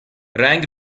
رنگ